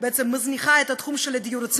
בתים של גיבורי